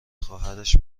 خواهرش